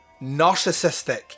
narcissistic